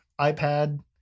iPad